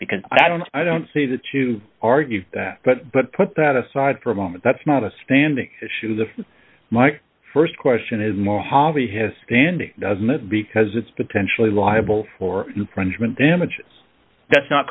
because i don't i don't see that to argue that but but put that aside for a moment that's not a standing issue the my st question is more harvey has standing doesn't it because it's potentially liable for infringement damages that's not